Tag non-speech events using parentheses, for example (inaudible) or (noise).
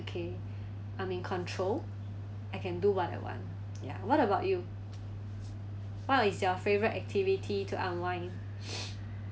okay I'm in control I can do whatever I want ya what about you what is your favourite activity to online (noise)